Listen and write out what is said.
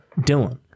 Dylan